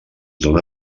dóna